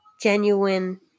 genuine